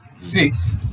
six